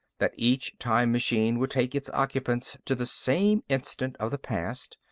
that each time machine would take its occupants to the same instant of the past,